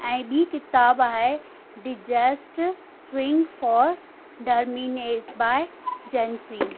ऐं ॿी किताबु आहे डिजेस्ट स्विंग फोर डर्मिनेज बाय जैंसी